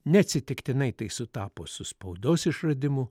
neatsitiktinai tai sutapo su spaudos išradimu